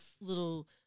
little